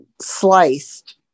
sliced